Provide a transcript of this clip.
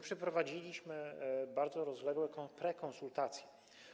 Przeprowadziliśmy bardzo rozległe prekonsultacje.